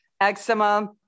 eczema